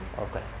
Okay